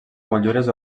motllures